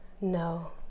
No